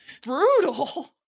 brutal